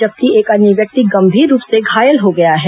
जबकि एक अन्य व्यक्ति गंभीर रूप से घायल हो गया है